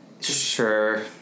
Sure